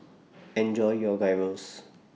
Enjoy your Gyros